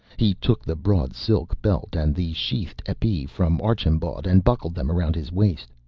he took the broad silk belt and the sheathed epee from archambaud and buckled them around his waist.